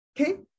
Okay